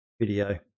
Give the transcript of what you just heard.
video